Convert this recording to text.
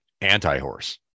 anti-horse